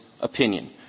opinion